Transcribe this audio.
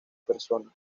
persona